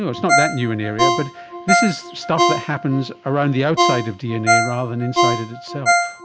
it's not that new an area, but this is stuff that happens around the outside of dna rather than inside it itself.